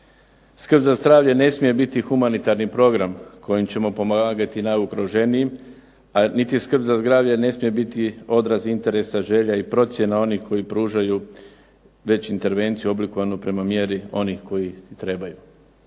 Skrb za zdravlje ne smije biti humanitarni program kojim ćemo pomagati najugroženijim, a niti skrb za zdravlje ne smije biti odraz interesa želja i procjena onih koji pružaju već intervenciju oblikovanu prema mjeri onih koji trebaju.